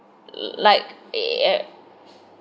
like a